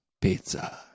pizza